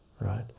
right